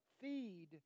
feed